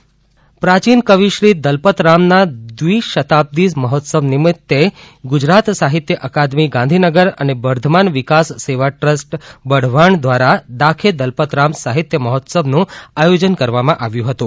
દલપતરામ શતાબ્દી મહોત્સવ પ્રાચીન કવિશ્રી દલપતરામના દ્વિ શતાબ્દી મહોત્સવ નિમિત્તે ગુજરાત સાહિત્ય અકાદમી ગાંધીનગર અને વર્ધમાન વિકાસ સેવા ટ્રસ્ટ વઢવાણ દ્વારા દાખે દલપતરામ સાહિત્ય મહોત્સવ નું આયોજન કરવામાં આવ્યું હતું